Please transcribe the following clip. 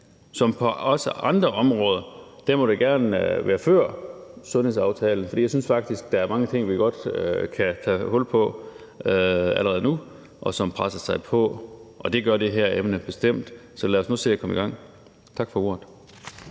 også på andre områder må det gerne være før sundhedsaftalen, for jeg synes faktisk, at der er mange ting, som presser sig på, og som vi godt kan tage hul på allerede nu; det gør det her emne bestemt, så lad os nu se at komme i gang. Tak for ordet.